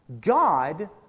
God